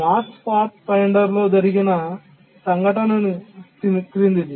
Mars Pathfinder లో జరిగిన సంఘటన క్రిందిది